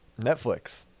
Netflix